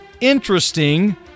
interesting